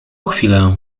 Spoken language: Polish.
chwilę